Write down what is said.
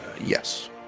yes